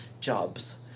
jobs